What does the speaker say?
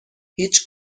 هیچ